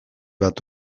bat